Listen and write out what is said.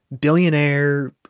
billionaire